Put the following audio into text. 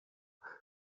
kandi